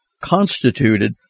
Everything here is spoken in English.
constituted